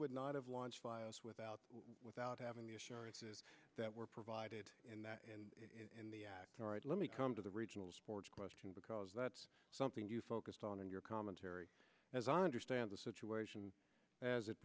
would not have launched files without without having the assurances that were provided in the act all right let me come to the regional sports question because that's something you focused on in your commentary as i understand the situation as it